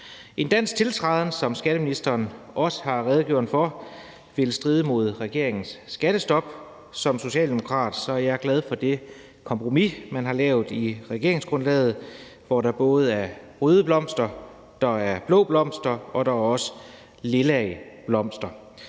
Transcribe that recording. En dansk tiltræden ville, som skatteministeren også har redegjort for, stride imod regeringens skattestop, og som socialdemokrat er jeg glad for det kompromis, man har lavet i regeringsgrundlaget, hvor der både er røde blomster, blå blomster og også lilla blomster.